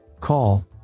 Call